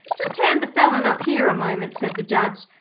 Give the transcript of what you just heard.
just hand the felon up here a moment said the judge.